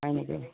হয় নেকি